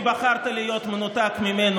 כי בחרת להיות מנותק ממנו